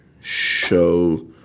show